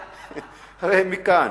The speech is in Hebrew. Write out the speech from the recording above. הרי הם מכאן.